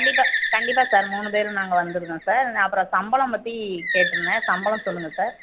கண்டிப்பாக கண்டிப்பாக சார் மூணு பேரும் நாங்கள் வந்துடுவோம் சார் அப்புறம் சம்பளம் பற்றி கேட்டுருந்தேன் சம்பளம் சொல்லுங்கள் சார்